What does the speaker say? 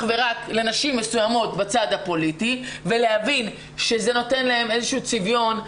ורק לנשים מסוימות בצד הפוליטי ולהבין שזה נותן להם איזשהו צביון,